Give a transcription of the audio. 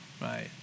right